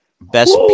Best